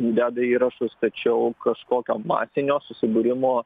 deda įrašus tačiau kažkokio masinio susibūrimo